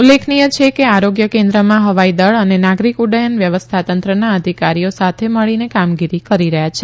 ઉલ્લેખનીય છે કે આરોગ્ય કેન્દ્રમાં હવાઈ દળ અને નાગરિક ઉડ્ડયન વ્યવસ્થાતંત્રના અધિકારીઓ સાથે મળીને કામગીરી કરી રહ્યા છે